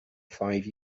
five